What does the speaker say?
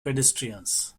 pedestrians